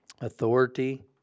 authority